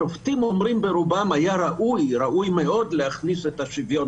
רוב השופטים אומרים שהיה ראוי להכניס את השוויון